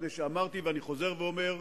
כי אמרתי, ואני חוזר ואומר: